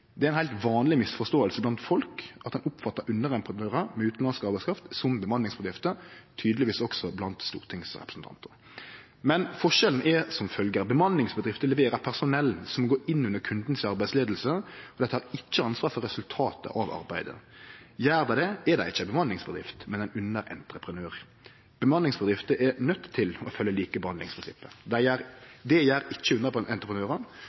Det er ei heilt vanleg misforståing blant folk å oppfatte underentreprenørar med utanlandsk arbeidskraft som bemanningsbedrifter – tydelegvis også blant stortingsrepresentantar. Men forskjellen er som følgjer: Bemanningsbedrifter leverer personell som går inn under kundens arbeidsleiing, men dei tek ikkje ansvar for resultatet av arbeidet. Gjer dei det, er dei ikkje ei bemanningsbedrift, men ein underentreprenør. Bemanningsbedrifter er nøydde til å følgje likebehandlingsprinsippet. Det gjer ikkje underentreprenørar og kan slik sett tilby dårlegare arbeidsvilkår. For ein